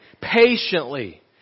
patiently